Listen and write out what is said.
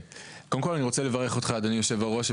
קודם כל אני רוצה לברך אותך אדוני היושב ראש,